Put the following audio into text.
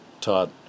taught